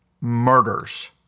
murders